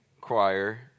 choir